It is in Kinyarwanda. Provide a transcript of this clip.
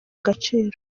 gaciro